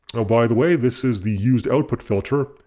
oh by the way this is the used output filter.